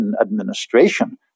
administration